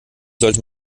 sollte